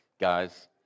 guys